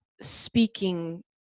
speaking